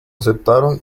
aceptaron